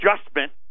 adjustment